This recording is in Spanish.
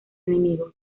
enemigo